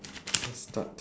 let's start